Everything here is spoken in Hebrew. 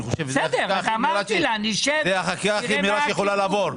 זו החקיקה הכי מהירה שיכולה לעבור.